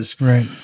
Right